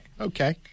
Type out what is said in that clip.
Okay